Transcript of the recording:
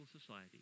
society